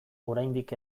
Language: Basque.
oraindik